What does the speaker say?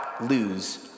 lose